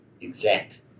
exact